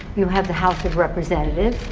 you have the house of representatives.